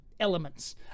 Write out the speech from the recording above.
Elements